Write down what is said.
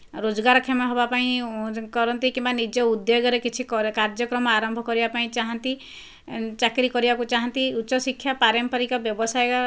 ରୋଜଗାର କ୍ଷମ ହେବା ପାଇଁ କରନ୍ତି ବା ନିଜେ ଉଦ୍ୟୋଗରେ କିଛି କାର୍ଯ୍ୟକ୍ରମ କରିବାକୁ ଚାହାନ୍ତି ଚାକିରି କରିବାକୁ ଚାହାନ୍ତି ଉଚ୍ଚ ଶିକ୍ଷା ପାରମ୍ପରିକ ବ୍ୟବସାୟ